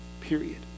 period